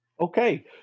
Okay